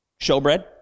showbread